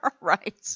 Right